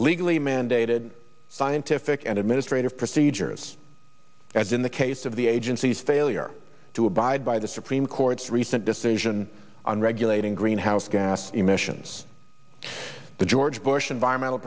legally mandated scientific and administrative procedures as in the case of the agency's failure to abide by the supreme court's recent decision on regulating greenhouse gas emissions the george bush environmental